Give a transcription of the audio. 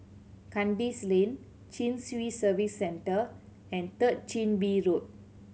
Kandis Lane Chin Swee Service Centre and Third Chin Bee Road